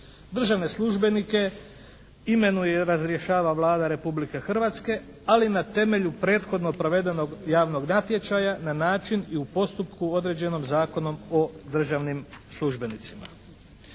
Državne službenike imenuje i razrješava Vlada Republike Hrvatske ali na temelju prethodno provedenog javnog natječaja na način i u postupku određenom Zakonom o državnim službenicima.